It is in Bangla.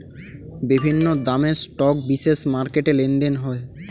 বিভিন্ন দামের স্টক বিশেষ মার্কেটে লেনদেন হয়